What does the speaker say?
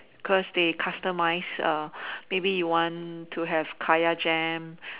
cause they customize err maybe you want to have kaya jam